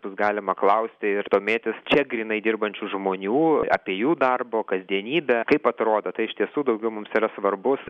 bus galima klausti ir domėtis čia grynai dirbančių žmonių apie jų darbo kasdienybę kaip atrodo tai iš tiesų daugiau mums yra svarbus